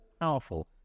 powerful